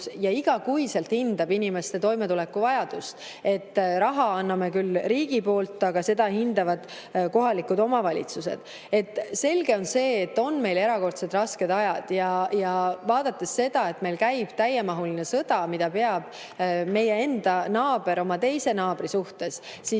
kes iga kuu hindab inimeste toimetulekuvajadust. Raha anname küll riigi poolt, aga seda hindavad kohalikud omavalitsused. Selge on see, et meil on erakordselt rasked ajad. Vaadates seda, et meil käib täiemahuline sõda, mida peab meie enda naaber oma teise naabriga, oleks